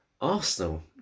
Arsenal